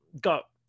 got